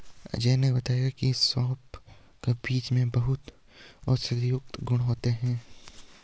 अजय ने बताया की सौंफ का बीज में बहुत औषधीय गुण होते हैं